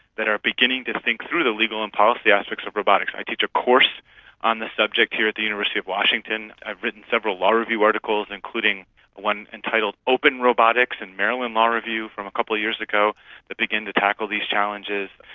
that are beginning to think through the legal and policy aspects of robotics. i teach a course on the subject here at the university of washington, i've written several law review articles, including one entitled open robotics in the and maryland law review from a couple of years ago that begin to tackle these challenges,